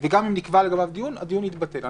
וגם אם נקבע לגביו דיון, הדיון יתבטל.